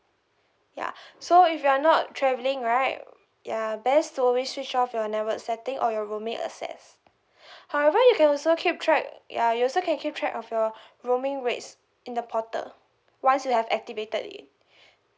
ya so if you're not travelling right ya best to always switch off your network setting or your roaming assess however you can also keep track ya you also can keep track of your roaming rates in the portal once you have activated it